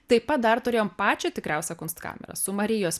taip pat dar turėjom pačią tikriausią kunstkamerą su marijos